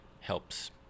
helps